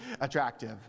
attractive